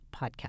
podcast